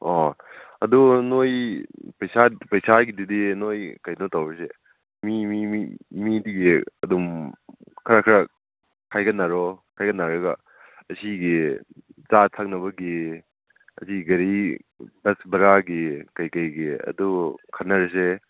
ꯑꯣ ꯑꯗꯨ ꯅꯣꯏ ꯄꯩꯁꯥꯒꯤꯗꯨꯗꯤ ꯅꯣꯏ ꯀꯩꯅꯣ ꯇꯧꯔꯁꯦ ꯃꯤꯗꯨꯒꯤ ꯑꯗꯨꯝ ꯈꯔ ꯈꯔ ꯈꯥꯏꯒꯠꯅꯔꯣ ꯈꯥꯏꯒꯠꯅꯔꯒ ꯑꯁꯤꯒꯤ ꯆꯥ ꯊꯛꯅꯕꯒꯤ ꯑꯁꯤ ꯒꯥꯔꯤ ꯕꯁ ꯕꯔꯥꯒꯤ ꯀꯩꯀꯩꯒꯤ ꯑꯗꯨ ꯈꯟꯅꯔꯁꯦ